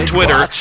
Twitter